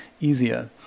easier